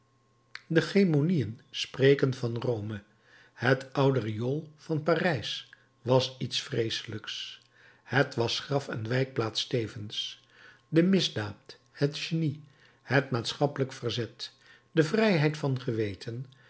de gemoniën spreken van rome het oude riool van parijs was iets vreeselijks het was graf en wijkplaats tevens de misdaad het genie het maatschappelijk verzet de vrijheid van geweten